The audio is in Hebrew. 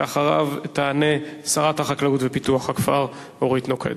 ואחריו תענה שרת החקלאות ופיתוח הכפר אורית נוקד.